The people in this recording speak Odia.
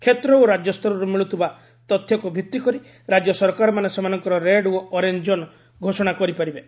କ୍ଷେତ୍ର ଓ ରାଜ୍ୟ ସ୍ତରର୍ତ ମିଳ୍ଚଥିବା ତଥ୍ୟକ୍ ଭିତ୍ତି କରି ରାଜ୍ୟ ସରକାରମାନେ ସେମାନଙ୍କର ରେଡ୍ ଓ ଅରେଞ୍ଜ କୋନ୍ ଘୋଷଣା କରିପାରିବେ